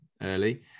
early